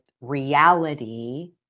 reality